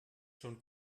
schon